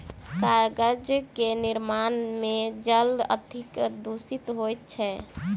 कागजक निर्माण मे जल अत्यधिक दुषित होइत छै